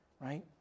right